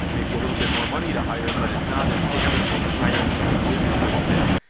maybe a little bit more money to hire, but is not as damaging as hiring someone who isn't a good fit.